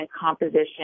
composition